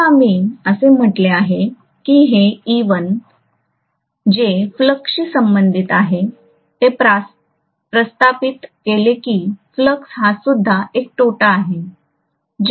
आता आम्ही असे म्हटले आहे की हे e1 जो फ्लक्सशी संबंधित आहे ते प्रस्थापित केले की फ्लक्स हा सुद्दा एक तोटा आहे